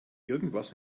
irgendwas